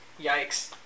Yikes